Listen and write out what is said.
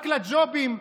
רק לג'ובים,